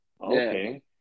Okay